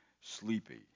sleepy